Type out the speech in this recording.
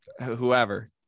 Whoever